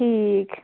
ٹھیٖک